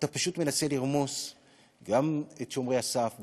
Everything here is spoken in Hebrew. אתה פשוט מנסה לרמוס גם את שומרי הסף,